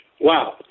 Wow